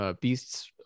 Beasts